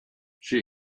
she